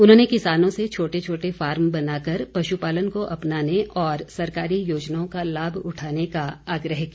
उन्होंने किसानों से छोटे छोटे फार्म बनाकर पशुपालन को अपनाने और सरकारी योजनाओं का लाभ उठाने का आग्रह किया